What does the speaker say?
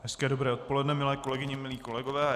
Hezké dobré odpoledne, milé kolegyně, milí kolegové.